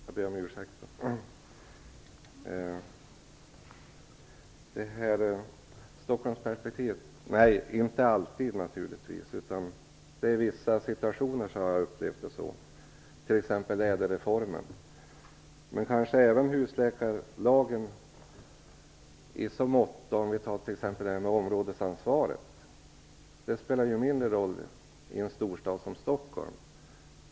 Herr talman! Jag har inte alltid tyckt illa om Stockholmsperspektivet utan i vissa situationer, t.ex. när det gäller ÄDEL-reformen men kanske även husläkarlagen när det gäller t.ex. områdesansvaret som spelar mindre roll i en storstad som Stockholm.